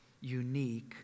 unique